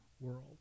world